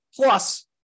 Plus